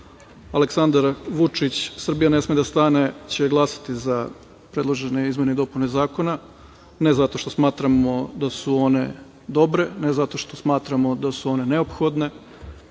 Aleksandar Vučić – Srbija ne sme da stane će glasati za predložene izmene i dopune Zakona, ne zato što smatramo da su one dobre, ne zato što smatramo da su one neophodne.